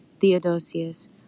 Theodosius